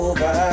Over